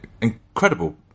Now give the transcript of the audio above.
incredible